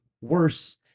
worse